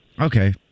Okay